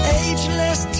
ageless